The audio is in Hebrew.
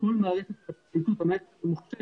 כל מערכת של הפרקליטות שהיא מערכת ממוחשבת,